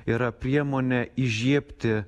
yra priemonė įžiebti